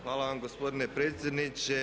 Hvala vam gospodine predsjedniče.